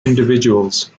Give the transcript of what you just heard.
individuals